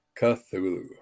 Cthulhu